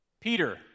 Peter